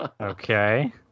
Okay